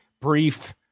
brief